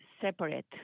separate